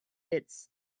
its